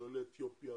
של עולי אתיופיה.